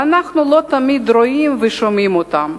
ואנחנו לא תמיד רואים ושומעים אותם.